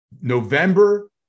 November